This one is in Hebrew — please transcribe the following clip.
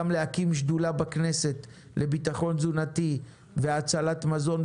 גם להקים שדולה בכנסת לביטחון תזונתי והצלת מזון,